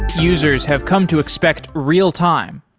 users have come to expect real-time.